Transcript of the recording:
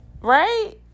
Right